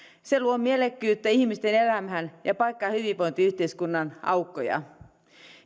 se luo mielekkyyttä ihmisten elämään ja paikkaa hyvinvointiyhteiskunnan aukkoja